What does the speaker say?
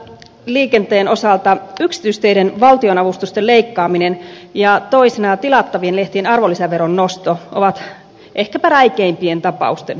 liikenteen osalta yksityisteiden valtionavustusten leikkaaminen ja toisena tilattavien lehtien arvonlisäveron nosto ovat ehkäpä räikeimpien tapausten joukossa